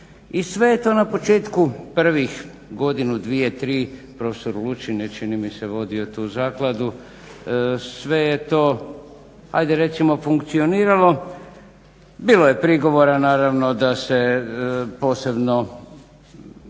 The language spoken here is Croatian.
I sve je to na početku prvih 1, 2, 3, profesor Lučin je čini mi se vodi tu zakladu. Sve je to, ajde recimo funkcioniralo, bilo je prigovora naravno da se posebno